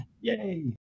Yay